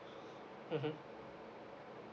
mmhmm